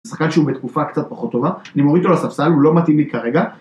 שחקן שהוא בתקופה קצת פחות טובה, אני מוריד אותו לספסל הוא לא מתאים לי כרגע